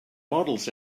models